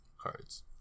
cards